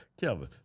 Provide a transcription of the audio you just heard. Kevin